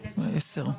שש.